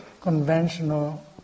Conventional